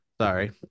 Sorry